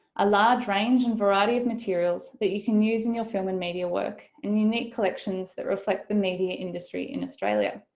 a large range and variety of materials that you can use in your film and media work and unique collections that reflect reflect the media industry in australia.